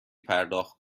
پرداخت